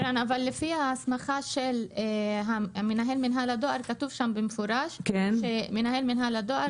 אבל לפי ההסמכה של מנהל מינהל הדואר כתוב שם במפורש שמנהל מינהל הדואר,